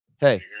Hey